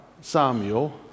Samuel